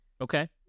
Okay